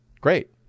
great